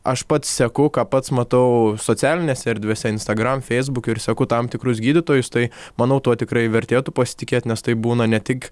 aš pats seku ką pats matau socialinėse erdvėse instagram feisbuk ir seku tam tikrus gydytojus tai manau tuo tikrai vertėtų pasitikėti nes taip būna ne tik